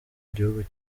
gihugu